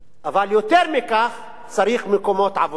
אבל יותר מכך צריך מקומות עבודה.